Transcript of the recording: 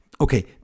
Okay